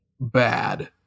bad